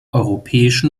europäischen